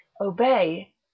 obey